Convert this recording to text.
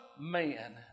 Man